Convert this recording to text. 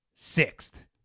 Sixth